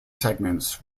segment